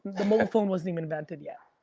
the mobile phone wasn't even invented yet